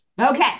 Okay